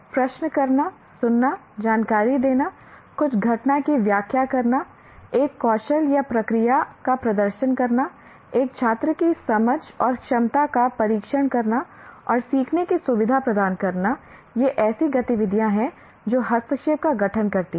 प्रश्न करना सुनना जानकारी देना कुछ घटना की व्याख्या करना एक कौशल या प्रक्रिया का प्रदर्शन करना एक छात्र की समझ और क्षमता का परीक्षण करना और सीखने की सुविधा प्रदान करना ये ऐसी गतिविधियाँ हैं जो हस्तक्षेप का गठन करती हैं